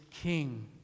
king